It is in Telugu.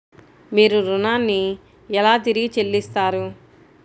మీరు ఋణాన్ని ఎలా తిరిగి చెల్లిస్తారు?